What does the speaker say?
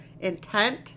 intent